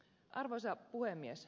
arvoisa puhemies